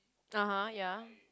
(uh huh) ya